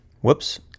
Whoops